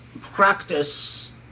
practice